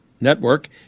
Network